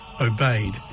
obeyed